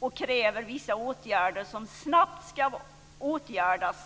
och kräver att vissa saker ska åtgärdas.